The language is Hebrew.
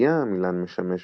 בתעשייה עמילן משמש,